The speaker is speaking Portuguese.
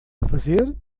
fazer